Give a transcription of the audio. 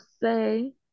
say